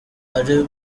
ari